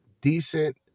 decent